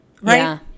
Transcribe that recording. right